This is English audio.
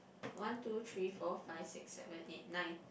one two three four five six seven eight nine